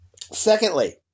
Secondly